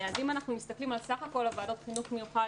אם אנחנו מסתכלים על סך כל ועדות חינוך מיוחד